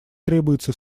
требуется